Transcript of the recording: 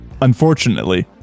Unfortunately